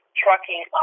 trucking